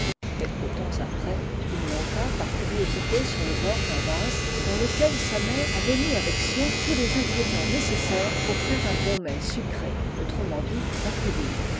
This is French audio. quelque temps après il monta par curiosité sur le bord d'un vase dans lequel sa mère avait mis avec soin tous les mgrédients nécessaires pour faire un bon mets sucré autrement dit un pouding